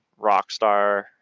Rockstar